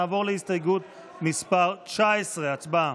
נעבור להסתייגות מס' 19. הצבעה.